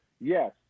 Yes